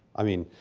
i mean,